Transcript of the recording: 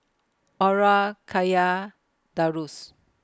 Aura Kya Darrius